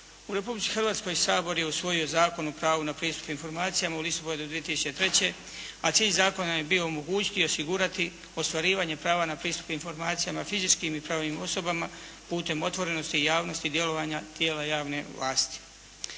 U Republici Hrvatskoj Sabor je usvojio Zakon o pravu na pristup informacijama u listopadu 2003., a cilj zakona je bio omogućiti i osigurati ostvarivanje prava na pristup informacijama fizičkim i pravnim osobama putem otvorenosti i javnosti djelovanja tijela javne vlasti.